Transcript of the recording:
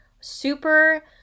Super